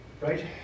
Right